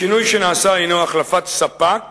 השינוי שנעשה הינו החלפת ספק